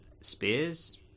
spears